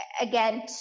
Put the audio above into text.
again